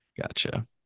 gotcha